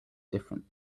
different